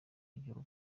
w’igihugu